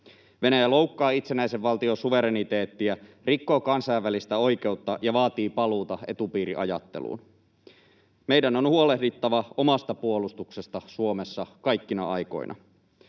Venäjä loukkaa itsenäisen valtion suvereniteettia, rikkoo kansainvälistä oikeutta ja vaatii paluuta etupiiriajatteluun. Meidän on huolehdittava omasta puolustuksestamme Suomessa kaikkina aikoina.